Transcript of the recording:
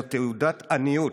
זאת תעודת עניות